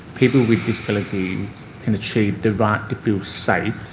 people with disability can achieve the right to feel safe?